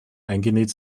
eingenäht